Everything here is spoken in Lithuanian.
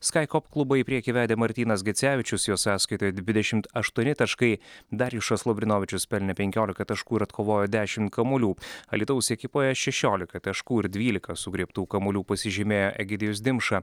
skaikop klubą į priekį vedė martynas gecevičius jo sąskaitoje dvidešimt aštuoni taškai darjušas lavrinovičius pelnė penkiolika taškų ir atkovojo dešimt kamuolių alytaus ekipoje šešiolika taškų ir dvylika sugriebtų kamuolių pasižymėjo egidijus dimša